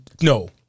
no